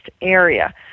area